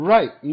Right